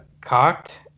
cocked